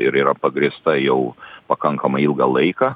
ir yra pagrįsta jau pakankamai ilgą laiką